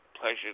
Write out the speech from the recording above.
Pleasure